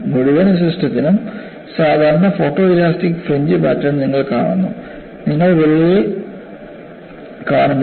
മുഴുവൻ സിസ്റ്റത്തിനും സാധാരണ ഫോട്ടോഇലാസ്റ്റിക് ഫ്രിഞ്ച് പാറ്റേൺ നിങ്ങൾ കാണുന്നു നിങ്ങൾ വിള്ളലിന് കാണുന്നില്ല